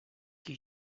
qui